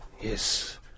Yes